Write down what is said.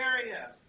area